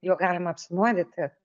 juo galima apsinuodyti